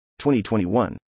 2021